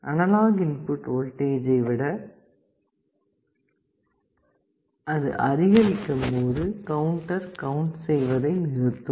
analogue input வோல்டேஜை விட அதிகரிக்கும் போது கவுண்டர் கவுண்ட் செய்வதை நிறுத்தும்